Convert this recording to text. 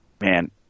Man